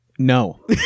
No